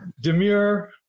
Demure